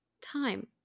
time